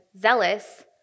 zealous